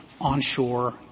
onshore